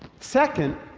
second,